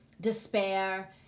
despair